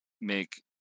make